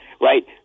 right